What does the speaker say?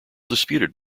disputed